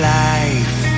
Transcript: life